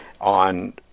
on